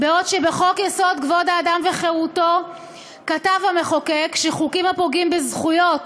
בעוד שבחוק-יסוד כבוד האדם וחירותו כתב המחוקק שחוקים הפוגעים בזכויות